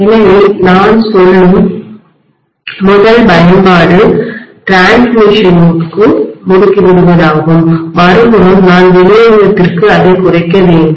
எனவே நான் சொல்லும் முதல் பயன்பாடு பரிமாற்றடிரான்ஸ்மிஷன்த்திற்கு முடுக்கிவிடுவதாகும் மறுபுறம் நான் விநியோகத்திற்கு அதை குறைக்க வேண்டும்